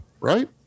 right